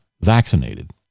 vaccinated